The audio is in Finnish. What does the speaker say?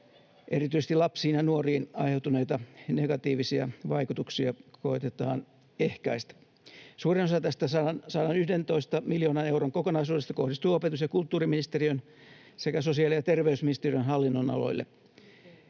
Erityisesti lapsille ja nuorille aiheutuneita negatiivisia vaikutuksia koetetaan ehkäistä. Suurin osa tästä 111 miljoonan euron kokonaisuudesta kohdistuu opetus- ja kulttuuriministeriön sekä sosiaali- ja terveysministeriön hallinnonaloille